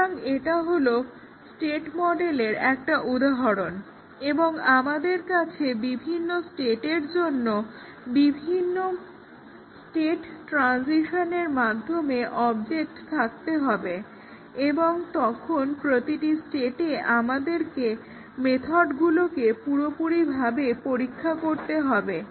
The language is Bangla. সুতরাং এটা হলো স্টেট মডেলের একটা উদাহরণ এবং আমাদের কাছে বিভিন্ন স্টেটের জন্য বিভিন্ন স্টেট ট্রান্সিশনের মাধ্যমে অবজেক্ট থাকতে হবে এবং তখন প্রতিটি স্টেটে আমাদেরকে মেথডগুলোকে পুরোপুরিভাবে পরীক্ষা করতে হবে